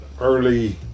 early